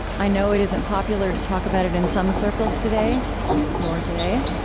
i know it isn't popular to talk about it in some circles today nor today